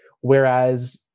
whereas